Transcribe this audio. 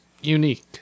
unique